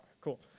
Cool